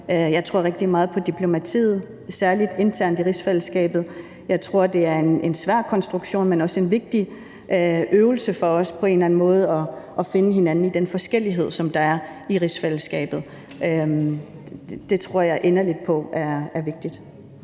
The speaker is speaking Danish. Jeg tror rigtig meget på diplomatiet, særlig internt i rigsfællesskabet. Jeg tror, det er en svær konstruktion, men også en vigtig øvelse for os på en eller anden måde at finde hinanden i den forskellighed, der er i rigsfællesskabet. Det tror jeg inderligt på er vigtigt.